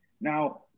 Now